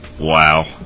Wow